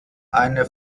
eine